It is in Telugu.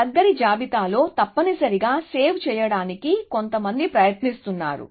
దగ్గరి జాబితాలో తప్పనిసరిగా సేవ్ చేయడానికి కొంతమంది సమయం 3035 చూడండి ప్రయత్నిస్తున్నారు